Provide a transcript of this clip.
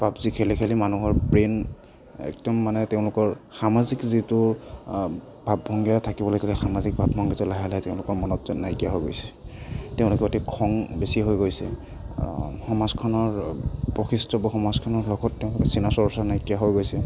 PUBG খেলি খেলি মানুহৰ ব্ৰেইন একদম মানে তেওঁলোকৰ সামাজিক যিটো ভাৱ ভংগী এটা থাকিব লাগিছিল সামাজিক ভাৱ ভংগীটো লাহে লাহে তেওঁলোকৰ মনত যেন নাইকিয়া হৈ গৈছে তেওঁলোকৰ অতি খং বেছি হৈ গৈছে সমাজখনৰ বৈশিষ্ট্য বা সমাজখনৰ লগত তেওঁলোকৰ চিনা চৰ্চা নাইকিয়া হৈ গৈছে